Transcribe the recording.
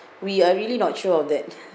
we are really not sure of that